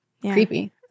creepy